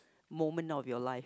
moment of your life